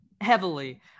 heavily